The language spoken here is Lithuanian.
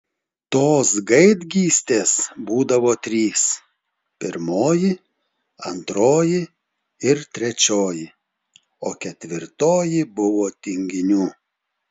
tos gaidgystės būdavo trys pirmoji antroji ir trečioji o ketvirtoji buvo tinginių